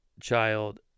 child